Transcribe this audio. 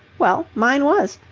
well, mine was.